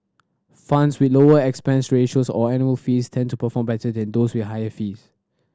funds with lower expense ratios or annual fees tend to perform better than those with higher fees